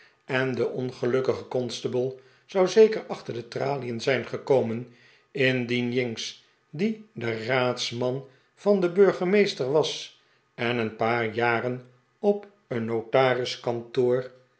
en de ongelukkige constable zou zeker achter de tralien zijn gekomen indien jinks die de raadsman van den burgemeester was en een paar jaren op een